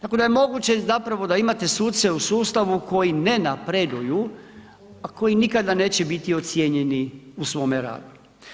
Tako da je moguće zapravo da imate suce u sustavu koji ne napreduju, a koji nikada neće biti ocijenjeni u svome radu.